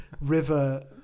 river